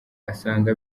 asanga